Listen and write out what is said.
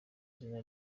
izina